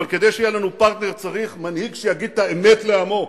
אבל כדי שיהיה לנו פרטנר צריך מנהיג שיגיד את האמת לעמו.